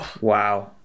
Wow